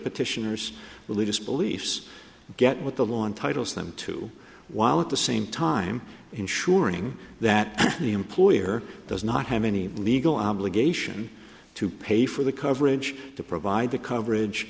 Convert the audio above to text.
petitioner's religious beliefs get what the law entitles them to while at the same time ensuring that the employer does not have any legal obligation to pay for the coverage to provide the coverage